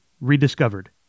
rediscovered